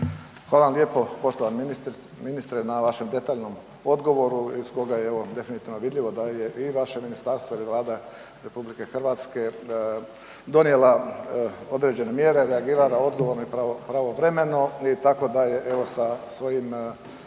Hvala vam lijepo poštovani ministre na vašem detaljnom odgovoru iz koga je ovo definitivno vidljivo da je i vaše ministarstvo i Vlada RH donijela određene mjere, reagirala odgovorno i pravovremeno i tako da je evo sa svojim reakcijama